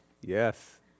Yes